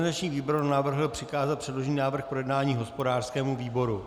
Organizační výbor navrhl přikázat předložený návrh k projednání hospodářskému výboru.